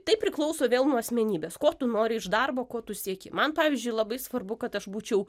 tai priklauso vėl nuo asmenybės ko tu nori iš darbo ko tu sieki man pavyzdžiui labai svarbu kad aš būčiau